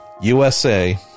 USA